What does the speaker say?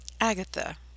Agatha